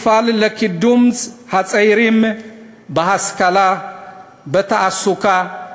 אפעל לקידום הצעירים בהשכלה, בתעסוקה,